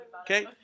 Okay